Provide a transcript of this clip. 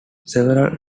several